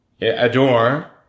adore